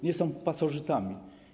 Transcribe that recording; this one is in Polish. Nie są pasożytami.